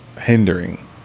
hindering